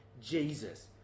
Jesus